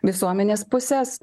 visuomenės puses